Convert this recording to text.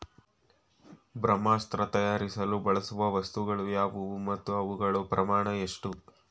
ಬ್ರಹ್ಮಾಸ್ತ್ರ ತಯಾರಿಸಲು ಬಳಸುವ ವಸ್ತುಗಳು ಯಾವುವು ಮತ್ತು ಅವುಗಳ ಪ್ರಮಾಣ ಎಷ್ಟು?